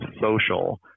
social